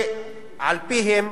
שעל-פיהם